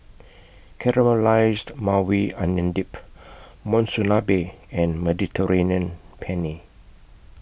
Caramelized Maui Onion Dip Monsunabe and Mediterranean Penne